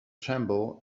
tremble